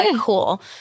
Cool